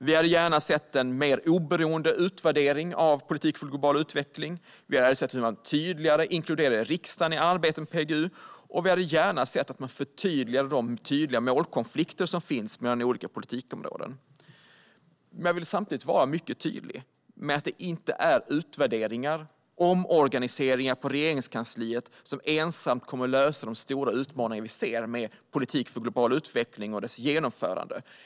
Vi hade gärna sett en mer oberoende utvärdering av politiken för global utveckling. Vi hade gärna sett att man tydligare inkluderade riksdagen i arbetet med PGU. Och vi hade gärna sett att man förtydligade de tydliga målkonflikter som finns mellan olika politikområden. Jag vill samtidigt vara mycket tydlig med att det inte är utvärderingar och omorganiseringar i Regeringskansliet som ensamt kommer att lösa de stora utmaningar som vi ser med politiken för global utveckling och dess genomförande.